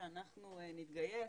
שאנחנו נתגייס,